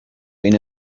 been